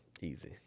Easy